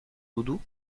doudou